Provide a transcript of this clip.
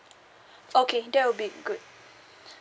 okay that would be good